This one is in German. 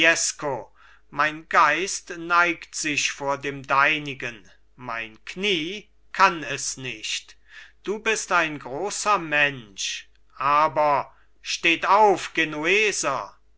mein geist neigt sich vor dem deinigen mein knie kann es nicht du bist ein großer mensch aber steht auf genueser